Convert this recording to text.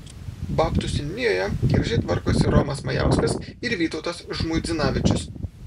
babtų seniūnijoje gražiai tvarkosi romas majauskas ir vytautas žmuidzinavičius